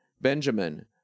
Benjamin